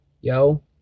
yo